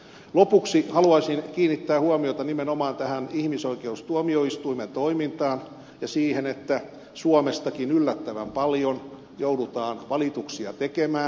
lopuksi haluaisin kiinnittää huomiota nimenomaan tähän ihmisoikeustuomioistuimen toimintaan ja siihen että suomestakin yllättävän paljon joudutaan valituksia tekemään